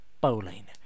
bowling